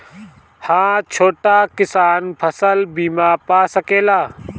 हा छोटा किसान फसल बीमा पा सकेला?